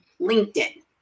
LinkedIn